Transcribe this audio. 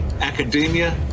academia